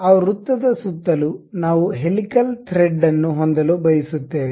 ಆ ವೃತ್ತದ ಸುತ್ತಲೂ ನಾವು ಹೆಲಿಕಲ್ ಥ್ರೆಡ್ ಹೊಂದಲು ಬಯಸುತ್ತೇವೆ